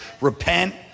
repent